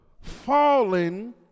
falling